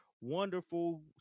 wonderful